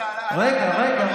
רגע,